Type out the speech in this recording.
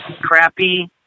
crappy